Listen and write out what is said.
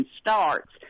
starts